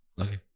Okay